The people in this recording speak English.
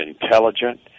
intelligent